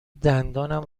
دندانم